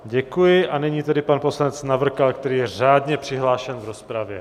Děkuji, a nyní tedy pan poslanec Navrkal, který je řádně přihlášen v rozpravě.